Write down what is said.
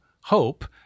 hope